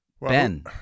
Ben